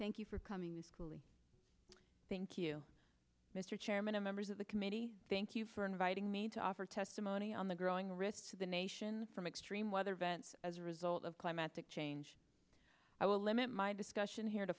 thank you for coming this coolly thank you mr chairman and members of the committee thank you for inviting me to offer testimony on the growing risk to the nation from extreme weather events as a result of climatic change i will limit my discussion here to